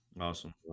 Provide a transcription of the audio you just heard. awesome